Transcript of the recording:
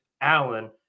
Allen